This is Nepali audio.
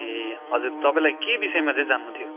ए हजुर तपाईँलाई के विषयमा चाहिँ जान्नु थियो